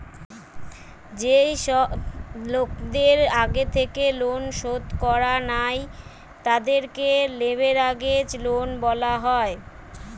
যেই সব লোকদের আগের থেকেই লোন শোধ করা লাই, তাদেরকে লেভেরাগেজ লোন বলা হয়